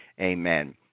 Amen